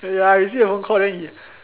I receive your phone call then he